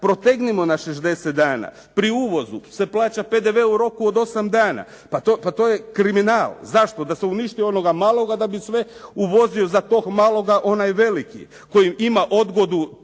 protegnimo na 60 dana. Pri uvozu se plaća PDV u roku od 8 dana. Pa to je kriminal. Zašto? Da se uništi onoga maloga da bi sve uvozio za tog maloga onaj veliki koji ima odgodu 2,